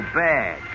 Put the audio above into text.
bad